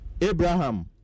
Abraham